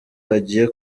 hagiye